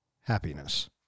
happiness